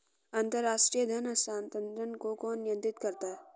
अंतर्राष्ट्रीय धन हस्तांतरण को कौन नियंत्रित करता है?